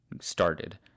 started